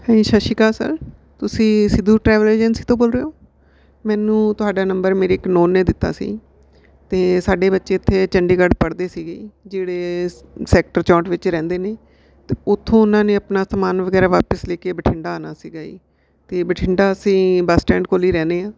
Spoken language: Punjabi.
ਹਾਂਜੀ ਸਤਿ ਸ਼੍ਰੀ ਅਕਾਲ ਸਰ ਤੁਸੀਂ ਸਿੱਧੂ ਟਰੈਵਲ ਏਜੰਸੀ ਤੋਂ ਬੋਲ ਰਹੇ ਹੋ ਮੈਨੂੰ ਤੁਹਾਡਾ ਨੰਬਰ ਮੇਰੇ ਇੱਕ ਨੋਨ ਨੇ ਦਿੱਤਾ ਸੀ ਅਤੇ ਸਾਡੇ ਬੱਚੇ ਇੱਥੇ ਚੰਡੀਗੜ੍ਹ ਪੜ੍ਹਦੇ ਸੀਗੇ ਜਿਹੜੇ ਸੈਕਟਰ ਚੌਂਹਠ ਵਿੱਚ ਰਹਿੰਦੇ ਨੇ ਅਤੇ ਉੱਥੋਂ ਉਹਨਾਂ ਨੇ ਆਪਣਾ ਸਮਾਨ ਵਗੈਰਾ ਵਾਪਸ ਲੈ ਕੇ ਬਠਿੰਡਾ ਆਉਣਾ ਸੀਗਾ ਜੀ ਅਤੇ ਬਠਿੰਡਾ ਅਸੀਂ ਬੱਸ ਸਟੈਂਡ ਕੋਲ ਹੀ ਰਹਿੰਦੇ ਹਾਂ